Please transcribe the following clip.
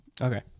Okay